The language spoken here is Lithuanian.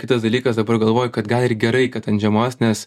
kitas dalykas dabar galvoju kad gal ir gerai kad ant žiemos nes